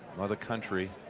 mother country.